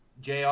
JR